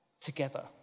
together